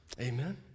Amen